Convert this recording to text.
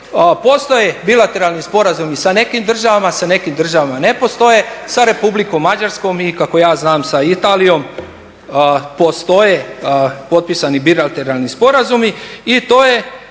Postoje bilateralni sporazumi sa nekim državama, sa nekim državama ne postoje, sa Republikom Mađarskom i, kako ja znam, sa Italijom postoje potpisani bilateralni sporazumi i to je